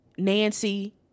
Nancy